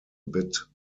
bit